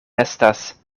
estas